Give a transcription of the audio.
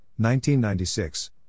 1996